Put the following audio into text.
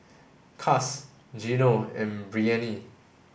Cas Gino and Breanne